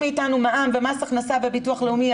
מאתנו מע"מ ומס הכנסה וביטוח לאומי,